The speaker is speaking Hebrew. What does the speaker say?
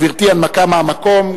גברתי, הנמקה מהמקום.